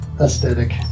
aesthetic